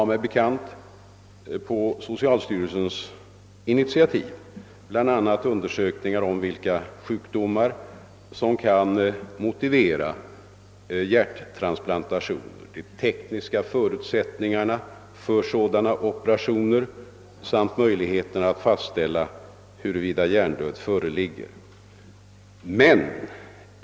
Sålunda pågår på sovialstyrelsens initiativ bl.a. undersökvingar om vilka sjukdomar som kan motivera hjärttransplantationer, de teK niska törutsättningarna för sädana operationer samt möjligheten att fastställa huruvida hjärndöd föreligger.